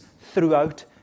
throughout